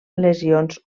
lesions